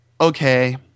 Okay